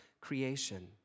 creation